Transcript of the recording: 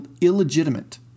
Illegitimate